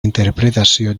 interpretació